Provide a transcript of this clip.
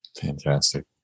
Fantastic